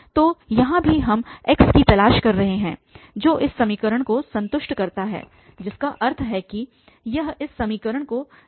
तो यहाँ भी हम x की तलाश कर रहे हैं जो इस समीकरण को संतुष्ट करता है जिसका अर्थ है कि यह इस समीकरण का रूट है